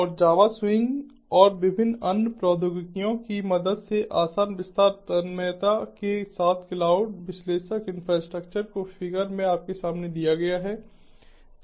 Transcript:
और Java Swing और विभिन्न अन्य प्रौद्योगिकियों की मदद से आसान विस्तार तन्मयता के साथ क्लाउड विश्लेषक इंफ्रास्ट्रक्चर को फिगर में आपके सामने दिया गया है